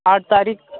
آٹھ تاریخ